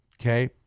okay